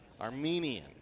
Armenian